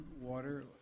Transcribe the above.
Water